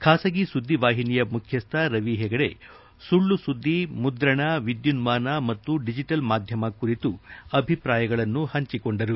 ಖಾಸಗಿ ಸುದ್ದಿವಾಹಿನಿಯ ಮುಖ್ಯಸ್ಥ ರವಿ ಹೆಗಡೆ ಸುಳ್ಳು ಸುದ್ದಿ ಮುದ್ರಣ ವಿದ್ಯುನ್ಮಾನ ಹಾಗೂ ಡಿಜಿಟಲ್ ಮಾಧ್ಯಮ ಕುರಿತು ಅಭಿಪ್ರಾಯಗಳನ್ನು ಹಂಚೆಕೊಂಡರು